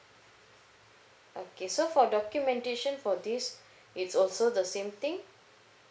okay so for documentation for this it's also the same thing